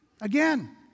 Again